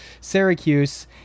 Syracuse